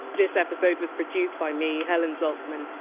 this episode was produced by me, helen zaltzman.